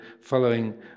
following